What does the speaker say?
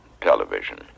television